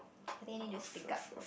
I think need to speak up